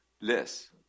less